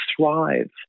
thrive